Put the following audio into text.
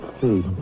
see